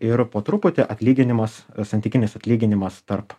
ir po truputį atlyginimas santykinis atlyginimas tarp